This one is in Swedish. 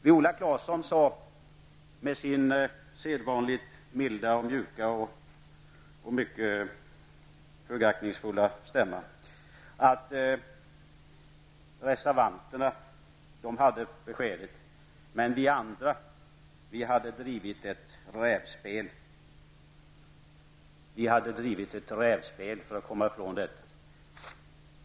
Viola Claesson sade med sin sedvanligt milda, mjuka och mycket högaktningsfulla stämma att reservanterna hade besked medan vi andra hade bedrivit ett rävspel för att komma ifrån detta.